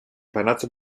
banatzen